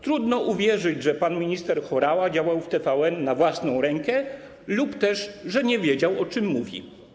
Trudno uwierzyć, że pan minister Horała działał w TVN na własną rękę lub też że nie wiedział, o czym mówi.